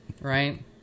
Right